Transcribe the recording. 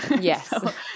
Yes